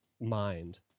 mind